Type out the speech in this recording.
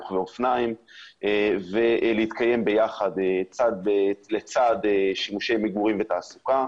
רוכבי אופניים להתקיים ביחד לצד שימושי מגורים ותעסוקה.